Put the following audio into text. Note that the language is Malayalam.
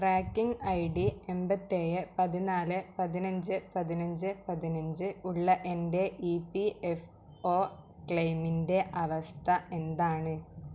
ട്രാക്കിംഗ് ഐ ഡി എൺപത്തേഴ് പതിനാല് പതിനഞ്ച് പതിനഞ്ച് പതിനഞ്ച് ഉള്ള എൻ്റെ ഇ പി എഫ് ഒ ക്ലെയിമിൻ്റെ അവസ്ഥ എന്താണ്